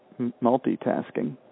multitasking